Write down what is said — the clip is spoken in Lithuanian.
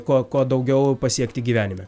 ko ko daugiau pasiekti gyvenime